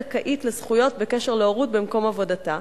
זכאית לזכויות בקשר להורות במקום עבודתה,